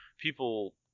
People